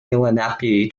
lenape